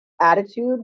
attitude